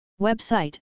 Website